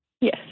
Yes